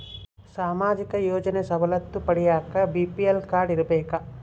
ಸಾಮಾಜಿಕ ಯೋಜನೆ ಸವಲತ್ತು ಪಡಿಯಾಕ ಬಿ.ಪಿ.ಎಲ್ ಕಾಡ್೯ ಇರಬೇಕಾ?